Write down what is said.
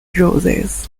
roses